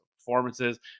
performances